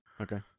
Okay